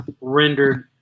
rendered